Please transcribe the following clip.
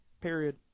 Period